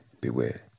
beware